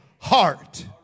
heart